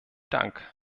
dank